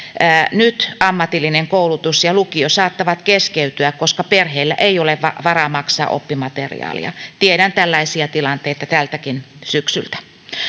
nyt ammatillinen koulutus ja lukio saattavat keskeytyä koska perheellä ei ole varaa maksaa oppimateriaaleja tiedän tällaisia tilanteita tältäkin syksyltä